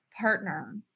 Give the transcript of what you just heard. partner